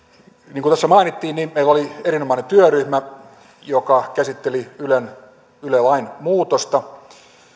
niin kuin tässä mainittiin niin meillä oli erinomainen työryhmä joka käsitteli yle lain muutosta